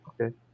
Okay